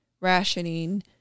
rationing